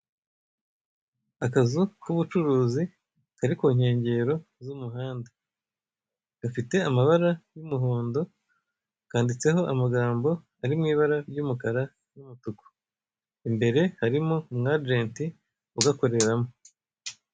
Akazu kubucuruzi kari kunkengero z'umuhanda, gafite amaba y'umuhondo, kanditseho amagambo ari mwibara ry'umutuku n'umukara, imbere harimo umugenti ugakoreramo.